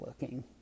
looking